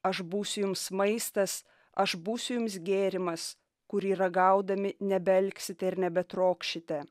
aš būsiu jums maistas aš būsiu jums gėrimas kurį ragaudami nebealksite ir nebetrokšite